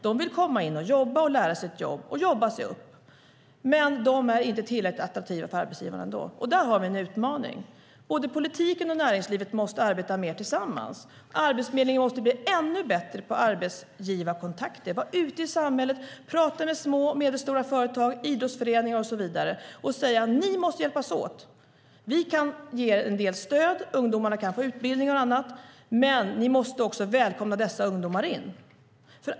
De vill komma in och jobba, lära sig ett jobb och jobba sig upp. Men de är ändå inte tillräckligt attraktiva för arbetsgivarna. Där har vi en utmaning. Både politiken och näringslivet måste arbeta mer tillsammans. Arbetsförmedlingen måste bli ännu bättre på arbetsgivarkontakter, vara ute i samhället och tala med små och medelstora företag, idrottsföreningar och så vidare och säga: Ni måste hjälpas åt. Vi kan ge en del stöd. Ungdomarna kan få utbildningar och annat. Men ni måste också välkomna dessa ungdomar in.